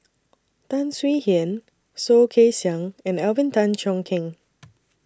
Tan Swie Hian Soh Kay Siang and Alvin Tan Cheong Kheng